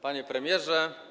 Panie Premierze!